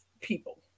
people